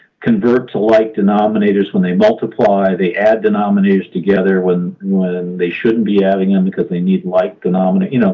convert to like denominators when they multiply. they add denominators together when when they shouldn't be adding them because they need like denominators. you know